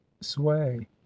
sway